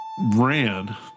ran